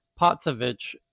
Potsevich